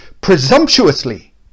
presumptuously